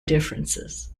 differences